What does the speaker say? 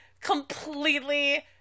completely